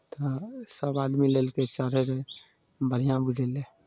तऽ सभ आदमी लेलकै सभे रे बढ़िआँ बुझयलै